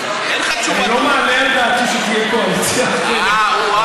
אני לא מעלה על דעתי שתהיה קואליציה אחרת,